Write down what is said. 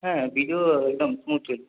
হ্যাঁ ভিডিয়ো একদম স্মুদ চলবে